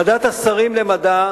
ועדת השרים למדע,